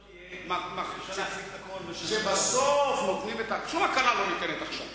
ישראלי, שאומנם נתניהו